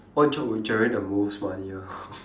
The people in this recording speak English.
what job would generate the most money ah